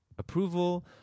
Approval